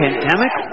Pandemic